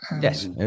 Yes